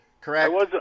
correct